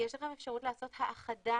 יש לכם אפשרות לעשות האחדה